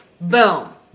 boom